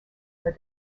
are